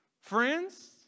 Friends